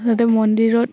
তাতে মন্দিৰত